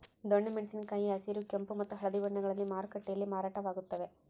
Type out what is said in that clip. ದೊಣ್ಣೆ ಮೆಣಸಿನ ಕಾಯಿ ಹಸಿರು ಕೆಂಪು ಮತ್ತು ಹಳದಿ ಬಣ್ಣಗಳಲ್ಲಿ ಮಾರುಕಟ್ಟೆಯಲ್ಲಿ ಮಾರಾಟವಾಗುತ್ತವೆ